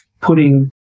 putting